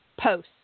posts